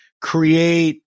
create